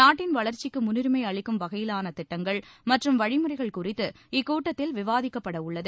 நாட்டின் வளர்ச்சிக்கு முன்னுரிமை அளிக்கும் வகையிலான திட்டங்கள் மற்றும் வழிமுறைகள் குறித்து இக்கூட்டத்தில் விவாதிக்கப்பட உள்ளது